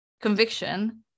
conviction